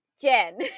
Jen